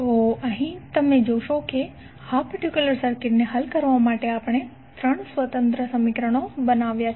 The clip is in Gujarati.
તો અહીં તમે જોશો કે આ પર્ટિક્યુલર સર્કિટને હલ કરવા માટે આપણે 3 સ્વતંત્ર સમીકરણો બનાવ્યાં છે